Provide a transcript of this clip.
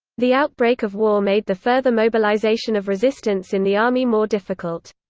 the outbreak of war made the further mobilization of resistance in the army more difficult.